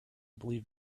believe